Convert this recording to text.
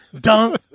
dunk